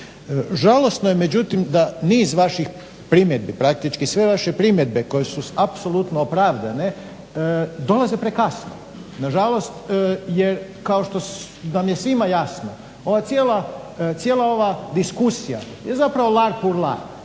Žalosno je međutim da niz vaših primjedbi, praktički sve vaše primjedbe koje su apsolutno opravdane dolaze prekasno. Nažalost, jer kao što vam je svima jasno ova cijela diskusija je lar pur lar.